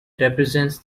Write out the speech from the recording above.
represents